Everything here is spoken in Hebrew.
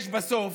יש בסוף,